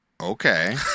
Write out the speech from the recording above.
Okay